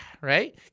right